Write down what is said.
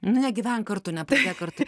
nu negyvenk kartu nepradėk kartu